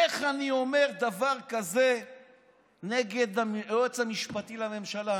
איך אני אומר דבר כזה נגד היועץ המשפטי לממשלה?